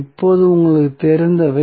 இப்போது உங்களுக்குத் தெரிந்தவை